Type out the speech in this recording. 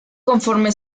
conforme